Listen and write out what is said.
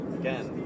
again